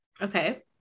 Okay